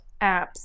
Apps